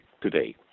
today